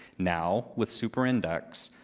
now, with super index,